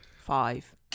Five